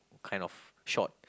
kind of shot